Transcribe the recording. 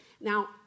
Now